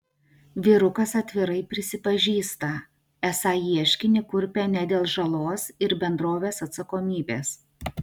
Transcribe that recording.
vyrukas atvirai prisipažįsta esą ieškinį kurpia ne dėl žalos ir bendrovės atsakomybės